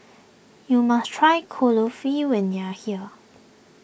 you must try Kulfi when you are here